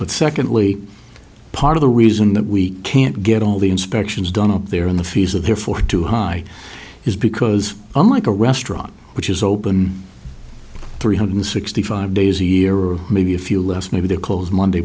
but secondly part of the reason that we can't get all the inspections done up there in the fees are therefore too high is because unlike a restaurant which is open three hundred sixty five days a year or maybe a few less maybe they're close monday